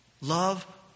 Love